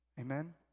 Amen